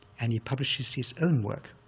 and he publishes his own work,